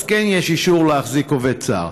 אז כן יש אישור להחזיק עובד זר,